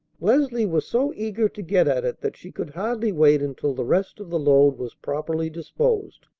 leslie was so eager to get at it that she could hardly wait until the rest of the load was properly disposed.